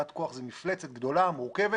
תחנת כוח היא מפלצת גדולה ומורכבת.